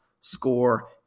score